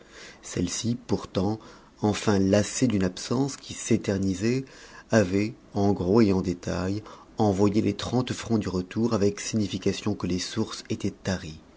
celle-ci pourtant enfin lassée d'une absence qui s'éternisait avait en gros et en détail envoyé les trente francs du retour avec signification que les sources étaient taries